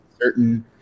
certain